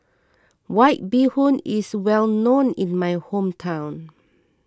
White Bee Hoon is well known in my hometown